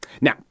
Now